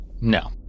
no